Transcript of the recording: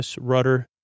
rudder